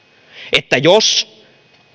että jos